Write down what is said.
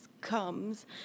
comes